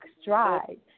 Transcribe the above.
stride